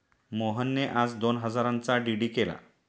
मोहनने आज दोन हजारांचा डी.डी केला